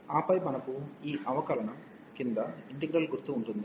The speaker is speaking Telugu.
ఆపై మనకు ఈ అవకలనం క్రింద ఇంటిగ్రల్ గుర్తు ఉంటుంది